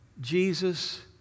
Jesus